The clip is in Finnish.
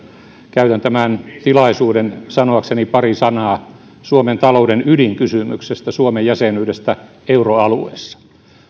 käytän tämän tilaisuuden sanoakseni pari sanaa suomen talouden ydinkysymyksestä suomen jäsenyydestä euroalueessa